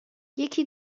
یکی